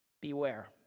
beware